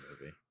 movie